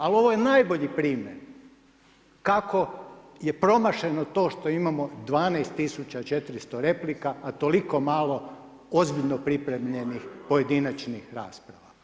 Ali ovo je najbolji primjer kako je promašeno to što imamo 12400 replika, a toliko malo ozbiljno pripremljenih pojedinačnih rasprava.